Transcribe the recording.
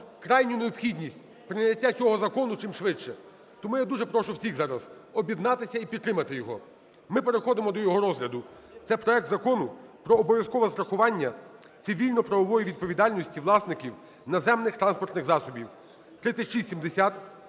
крайню необхідність прийняття цього закону чимшвидше. Тому я дуже прошу всіх зараз об'єднатися і підтримати його. Ми переходимо до його розгляду. Це – проект Закону про обов'язкове страхування цивільно-правової відповідальності власників наземних транспортних засобів (3670,